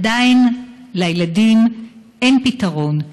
עדיין לילדים אין פתרון,